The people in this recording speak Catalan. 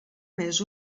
més